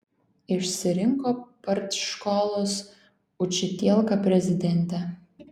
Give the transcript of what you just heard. išsirinko partškolos učitielka prezidentę